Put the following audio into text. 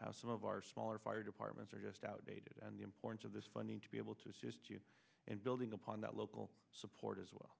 how some of our smaller fire departments are just outdated and the importance of this funding to be able to assist you in building upon that local support as well